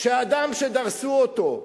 שאדם שדרסו אותו,